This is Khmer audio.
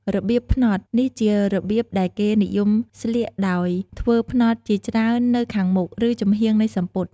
របៀបផ្នត់ នេះជារបៀបដែលគេនិយមស្លៀកដោយធ្វើផ្នត់ជាច្រើននៅខាងមុខ ឬចំហៀងនៃសំពត់។